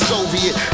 Soviet